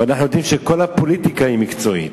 ואנחנו יודעים שכל הפוליטיקה היא מקצועית.